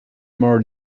more